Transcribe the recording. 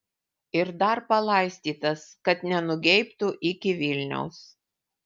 ir dar palaistytas kad nenugeibtų iki vilniaus